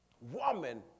Woman